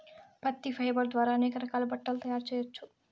పత్తి ఫైబర్ ద్వారా అనేక రకాల బట్టలు తయారు చేయచ్చు